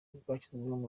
rwashyiriweho